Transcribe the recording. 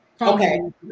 Okay